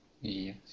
Yes